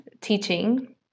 teaching